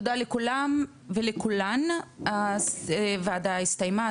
תודה לכולם ולכולן, הוועדה הסתיימה,